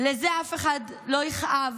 על זה אף אחד לא יכאב.